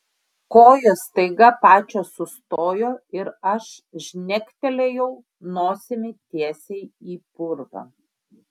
kojos staiga pačios sustojo ir aš žnektelėjau nosimi tiesiai į purvą